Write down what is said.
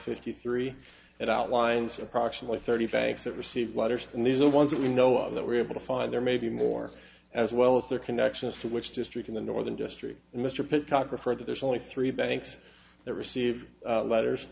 fifty three that outlines approximately thirty banks that received letters and these are the ones that we know of that were able to find there may be more as well as their connections to which district in the northern district and mr pitt cock referred to there's only three banks that receive letters